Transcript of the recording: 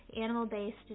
animal-based